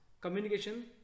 communication